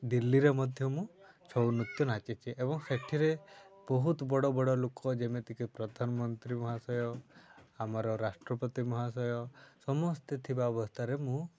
ଦିଲ୍ଲୀରେ ମଧ୍ୟ ମୁଁ ଛଉନୃତ୍ୟ ନାଚିଛି ଏବଂ ସେଥିରେ ବହୁତ ବଡ଼ ବଡ଼ ଲୋକ ଯେମିତିକି ପ୍ରଧାନମନ୍ତ୍ରୀ ମହାଶୟ ଆମର ରାଷ୍ଟ୍ରପତି ମହାଶୟ ସମସ୍ତେ ଥିବା ଅବସ୍ଥାରେ ମୁଁ